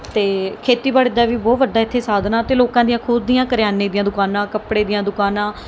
ਅਤੇ ਖੇਤੀਬਾੜੀ ਦਾ ਵੀ ਬਹੁਤ ਵੱਡਾ ਇੱਥੇ ਸਾਧਨ ਆ ਅਤੇ ਲੋਕਾਂ ਦੀਆਂ ਖੁਦ ਦੀਆਂ ਕਰਿਆਨੇ ਦੀਆਂ ਦੁਕਾਨਾਂ ਕੱਪੜੇ ਦੀਆਂ ਦੁਕਾਨਾਂ